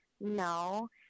No